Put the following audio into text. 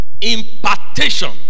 Impartation